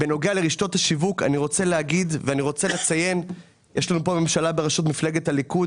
בנוגע לרשתות השיווק יש לנו פה ממשלה בראשות מפלגת הליכוד